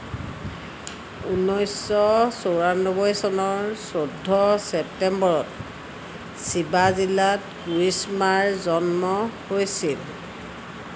ঊনৈছশ চৌৰান্নব্বৈ চনৰ চৈধ্য় ছেপ্তেম্বৰত চিবা জিলাত কুৰিশ্বিমাৰ জন্ম হৈছিল